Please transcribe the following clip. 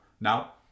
Now